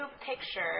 picture